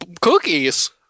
cookies